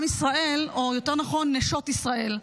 עם ישראל, או יותר נכון נשות ישראל,